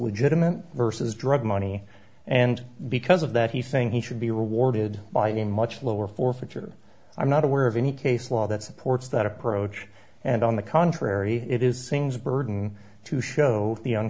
legitimate versus drug money and because of that he think he should be rewarded by it in much lower forfeiture i'm not aware of any case law that supports that approach and on the contrary it is things a burden to show the